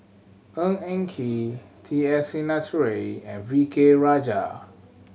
Ng Eng Kee T S Sinnathuray and V K Rajah